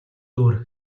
өөр